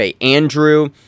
andrew